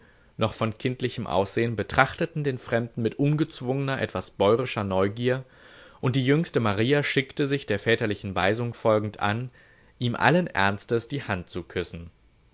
noch von kindlichem aussehn betrachteten den fremden mit ungezwungener etwas bäurischer neugier und die jüngste maria schickte sich der väterlichen weisung folgend an ihm allen ernstes die hand zu küssen